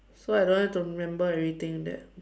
so I don't have to remember everything that